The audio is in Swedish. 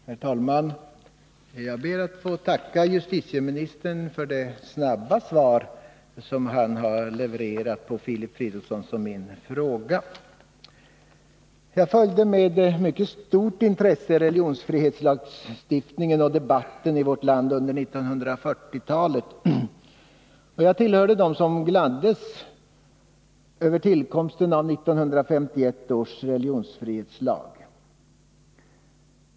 Herr talman! Jag ber att få tacka justitieministern för att han så snabbt har levererat ett svar på de frågor som Filip Fridolfsson och jag har ställt. Jag följde med mycket stort intresse debatten om religionsfrihetslagstiftningen i vårt land under 1940-talet, och jag tillhörde dem som gladdes över tillkomsten av 1951 års religionsfrihetslag.